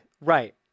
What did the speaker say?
right